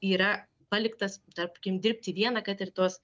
yra paliktas tarpkim dirbti vieną kad ir tuos